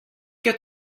ket